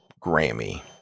grammy